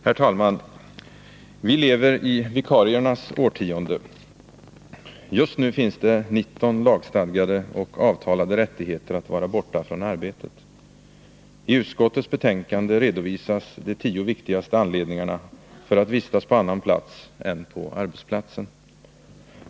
Herr talman! Vi lever i vikariernas årtionde. Just nu finns det 19 lagstadgade och avtalade rättigheter att vara borta från arbetet. I utskottets betänkande redovisas de tio viktigaste anledningarna för att vistas på annan plats än på arbetsplatsen.